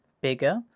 bigger